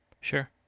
Sure